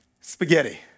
spaghetti